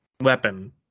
weapon